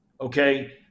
Okay